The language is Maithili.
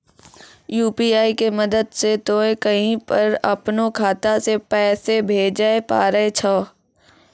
यु.पी.आई के मदद से तोय कहीं पर अपनो खाता से पैसे भेजै पारै छौ